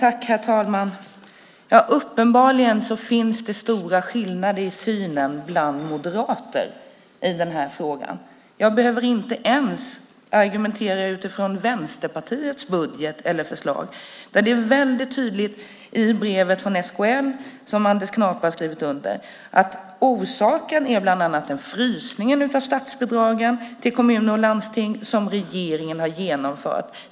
Herr talman! Uppenbarligen finns det stora skillnader i synen bland moderater i den här frågan. Jag behöver inte ens argumentera utifrån Vänsterpartiets budget eller förslag. Det är tydligt i det brev från SKL som Anders Knape hade skrivit under att orsaken bland annat är den frysning av statsbidragen till kommuner och landsting som regeringen har genomfört.